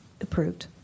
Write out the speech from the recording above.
approved